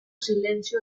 silencio